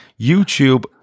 YouTube